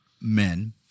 men